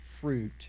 fruit